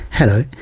Hello